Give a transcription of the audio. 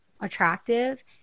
attractive